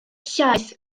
llaeth